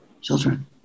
children